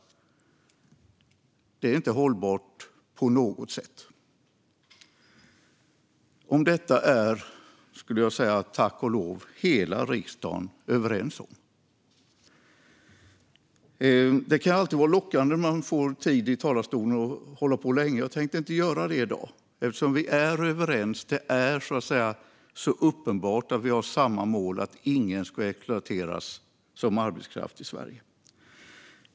Det är inte hållbart på något sätt. Om detta är tack och lov hela riksdagen överens. Det kan alltid vara lockande när man får tid i talarstolen att hålla på länge, men jag tänker inte göra det i dag eftersom vi är överens. Det är uppenbart att vi har samma mål, att ingen ska exploateras som arbetskraft i Sverige.